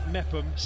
Mepham